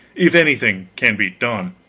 if anything can be done.